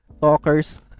Talkers